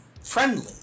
friendly